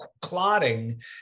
clotting